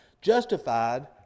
justified